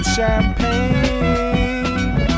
champagne